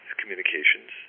communications